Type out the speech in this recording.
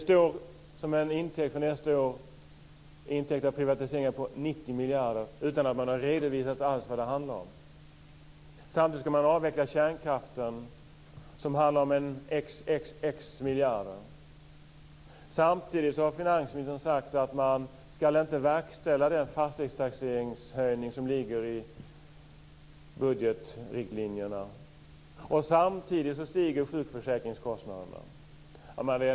För nästa år finns en intäkt av privatiseringar på 90 miljarder utan att man alls har redovisat vad det handlar om. Samtidigt ska man avveckla kärnkraften, som handlar om x miljarder. Dessutom har finansministern sagt att man inte ska verkställa den höjning av fastighetstaxeringen som ligger i budgetriktlinjerna. Tillika stiger sjukförsäkringskostnaderna.